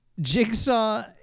Jigsaw